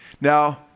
Now